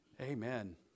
amen